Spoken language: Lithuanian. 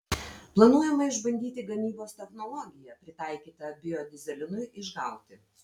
planuojama išbandyti gamybos technologiją pritaikytą biodyzelinui išgauti